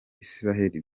israel